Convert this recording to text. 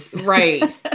right